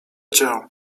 cię